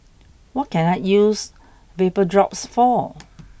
what can I use VapoDrops for